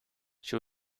she